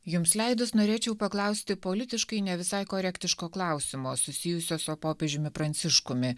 jums leidus norėčiau paklausti politiškai ne visai korektiško klausimo susijusio su popiežiumi pranciškumi